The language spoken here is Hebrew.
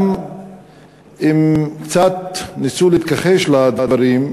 גם אם קצת ניסו להתכחש לדברים,